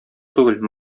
түгел